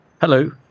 Hello